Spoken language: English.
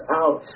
out